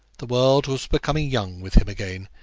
the world was becoming young with him again,